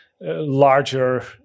larger